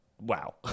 Wow